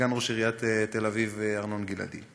סגן ראש עיריית תל-אביב ארנון גלעדי.